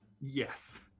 yes